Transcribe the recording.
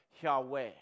Yahweh